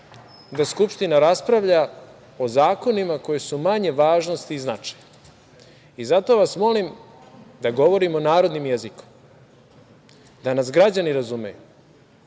da Skupština raspravlja o zakonima koji su od manje važnosti i značaja. Zato vas molim da govorimo narodnim jezikom, da nas građani razumeju,